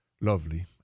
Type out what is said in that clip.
lovely